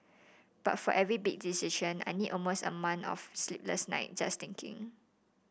but for every big decision I need almost a month of sleepless night just thinking